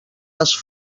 les